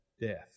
death